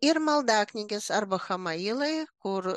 ir maldaknygės arba chamailai kur